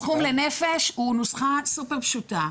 הסכום לנפש הוא נוסחה סופר פשוטה,